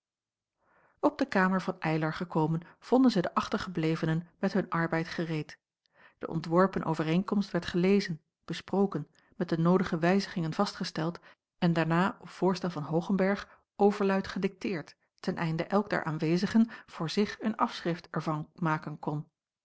op de kamer van eylar gekomen vonden zij de achtergeblevenen met hun arbeid gereed de ontworpen overeenkomst werd gelezen besproken met de noodige wijzigingen vastgesteld en daarna op voorstel van hoogenberg overluid gedikteerd ten einde elk der aanwezigen voor zich een afschrift er van maken kon